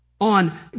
on